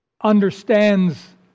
understands